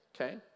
Okay